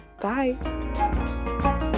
Bye